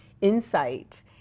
insight